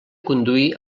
conduir